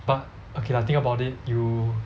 but okay lah think about it you